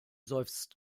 seufzt